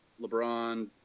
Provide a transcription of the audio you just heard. LeBron